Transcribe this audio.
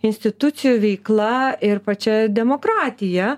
institucijų veikla ir pačia demokratija